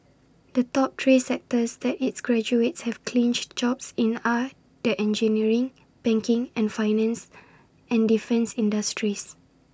the top three sectors that its graduates have clinched jobs in are the engineering banking and finance and defence industries